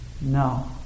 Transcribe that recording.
no